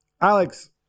Alex